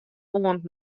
oant